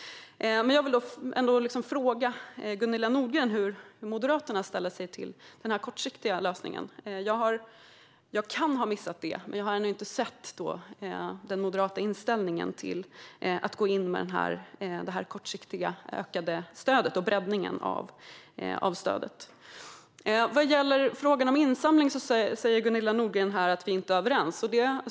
Man jag vill ändå fråga Gunilla Nordgren hur Moderaterna ställer sig till denna kortsiktiga lösning. Jag kan ha missat det, men jag har ännu inte noterat den moderata inställningen till det kortsiktiga ökade stödet och breddningen av det. När det gäller frågan om insamling säger Gunilla Nordgren att vi inte är överens.